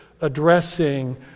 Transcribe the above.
addressing